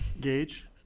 Gage